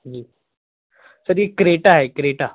जी sir ये Creta है Creta